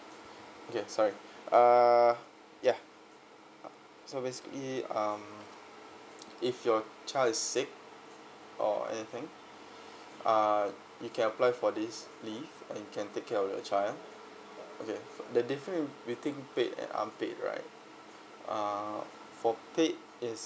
okay sorry err yeah uh so basically um if your child is sick or anything uh you can apply for this leave and you can take care of your child okay the different between paid and unpaid right uh for paid is